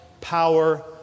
power